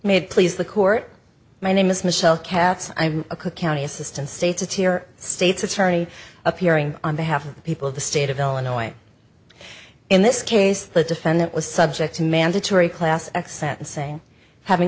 made please the court my name is michelle katz i'm a cook county assistant state's a tier state's attorney appearing on behalf of the people of the state of illinois in this case the defendant was subject to mandatory class x sentencing having